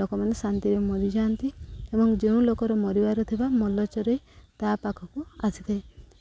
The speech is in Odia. ଲୋକମାନେ ଶାନ୍ତିରେ ମରିଯାଆନ୍ତି ଏବଂ ଯେଉଁ ଲୋକର ମରିବାର ଥିବା ମଲା ଚରେଇ ତା ପାଖକୁ ଆସିଥାଏ